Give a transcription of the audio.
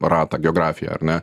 ratą geografija ar ne